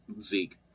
Zeke